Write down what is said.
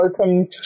open